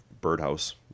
birdhouse